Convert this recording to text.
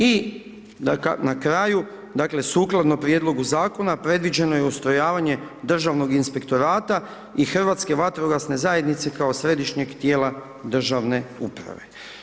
I na kraju, dakle, sukladno prijedlogu Zakona predviđeno je ustrojavanje Državnog inspektorata i Hrvatske vatrogasne zajednice kao Središnjeg tijela državne uprave.